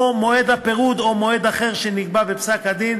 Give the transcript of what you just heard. או מועד הפירוד או מועד אחר שנקבע בפסק-הדין